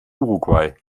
uruguay